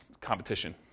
competition